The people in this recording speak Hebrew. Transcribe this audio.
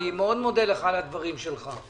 אני מודה לך מאוד על הדברים שלך.